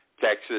Texas